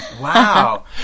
Wow